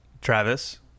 travis